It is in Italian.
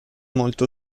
molto